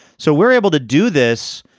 so we're able to do this,